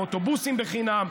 אוטובוסים חינם,